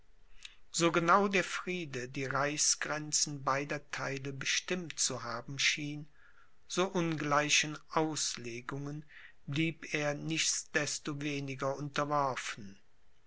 so genau der friede die rechtsgrenzen beider theile bestimmt zu haben schien so ungleichen auslegungen blieb er nichtsdestoweniger unterworfen